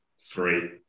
three